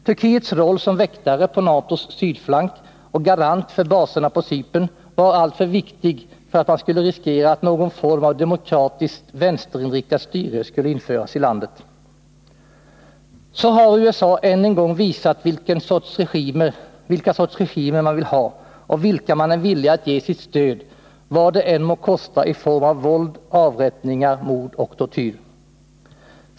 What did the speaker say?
Turkiets roll som väktare på NATO:s sydflank och garant för baserna på Cypern var alltför viktig för att man skulle riskera att någon form av demokratiskt, vänsterinriktat styre skulle införas i landet. Så har USA än en gång visat vilken sorts regimer man vill ha och vilka man är villig att ge sitt stöd, vad det än må kosta i form av våld, avrättningar, mord och tortyr.